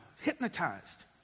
hypnotized